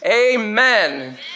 amen